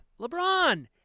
LeBron